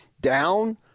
down